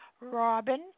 Robin